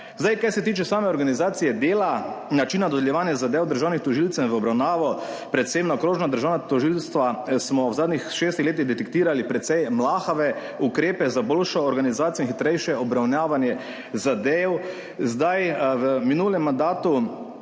Kar se tiče same organizacije dela, načina dodeljevanja zadev državnim tožilcem v obravnavo predvsem na okrožna državna tožilstva, smo v zadnjih šestih letih detektirali precej mlahave ukrepe za boljšo organizacijo in hitrejše obravnavanje zadev. V minulem mandatu